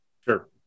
Sure